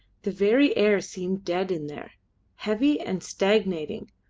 the very air seemed dead in there heavy and stagnating,